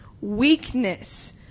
weakness